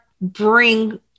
bring